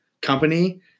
company